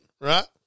right